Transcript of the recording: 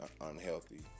unhealthy